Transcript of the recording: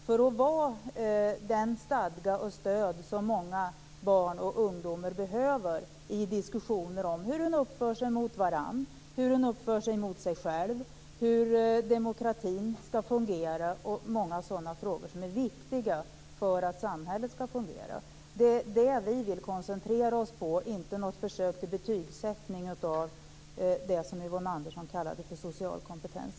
Den skall vara den stadga och det stöd som många barn och ungdomar behöver i diskussioner om hur man uppför sig mot varandra, hur man uppför sig mot sig själv, hur demokratin skall fungera och många sådana frågor som är viktiga för att samhället skall fungera. Det är det vi vill koncentrera oss på, inte på något försökt till betygssättning av det Yvonne Andersson kallade social kompetens.